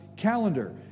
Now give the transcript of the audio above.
calendar